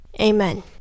Amen